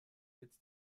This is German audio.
sitz